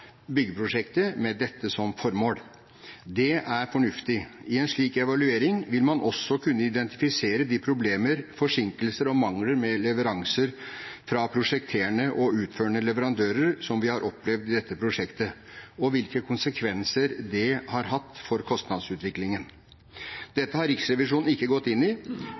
byggeprosjektet med dette som formål. Det er fornuftig. I en slik evaluering vil man også kunne identifisere de problemer, forsinkelser og mangler ved leveransene fra prosjekterende og utførende leverandører vi har opplevd i dette prosjektet, og hvilke konsekvenser det har hatt for kostnadsutviklingen. Dette har Riksrevisjonen ikke gått inn i,